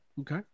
Okay